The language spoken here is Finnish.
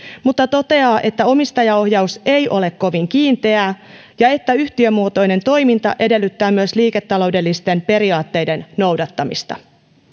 mutta to teaa että omistajaohjaus ei ole kovin kiinteää ja että yhtiömuotoinen toiminta edellyttää myös liiketaloudellisten periaatteiden noudattamista